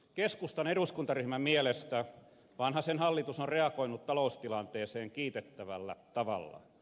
keskustan eduskuntaryhmän mielestä vanhasen hallitus on reagoinut taloustilanteeseen kiitettävällä tavalla